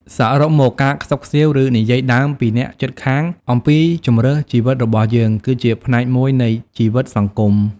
សរុបមក ការខ្សឹបខ្សៀវ ឬ និយាយដើមពីអ្នកជិតខាងអំពីជម្រើសជីវិតរបស់យើង គឺជាផ្នែកមួយនៃជីវិតសង្គម។